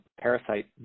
parasite